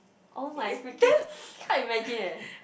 oh my freaking can't imagine leh